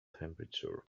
temperature